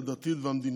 הדתית והמדינית,